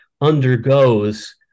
undergoes